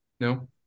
No